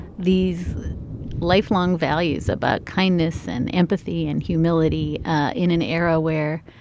these lifelong values about kindness and empathy and humility in an era where